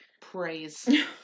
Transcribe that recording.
Praise